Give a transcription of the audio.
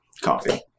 coffee